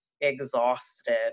exhausted